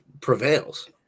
prevails